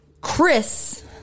Chris